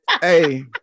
hey